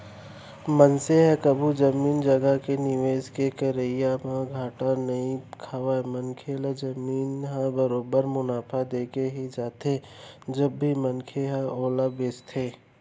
मनसे ह कभू जमीन जघा के निवेस के करई म घाटा नइ खावय मनखे ल जमीन ह बरोबर मुनाफा देके ही जाथे जब भी मनखे ह ओला बेंचय